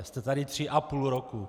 Jste tady tři a půl roku.